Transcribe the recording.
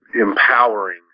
empowering